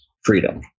freedom